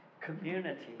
community